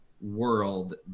world